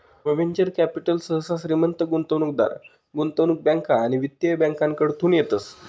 venture capital सहसा श्रीमंत गुंतवणूकदार, गुंतवणूक बँका आणि वित्तीय बँकाकडतून येतस